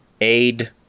aid